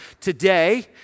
today